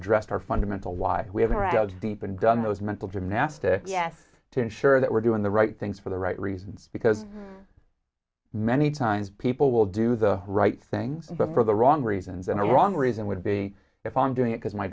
addressed our fundamental why we haven't dug deep and done those mental gymnastics yes to ensure that we're doing the right things for the right reasons because many times people will do the right things but for the wrong reasons and a wrong reason would be if i'm doing it because my